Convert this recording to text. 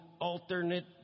alternate